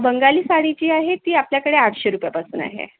बंगाली साडी जी आहे ती आपल्याकडे आठशे रुपयापासून आहे